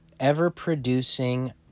ever-producing